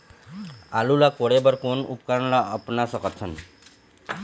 आलू ला कोड़े बर कोन उपकरण ला अपना सकथन?